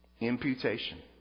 Imputation